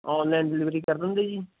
online delivery ਕਰ ਦਿੰਦੇ ਜੀ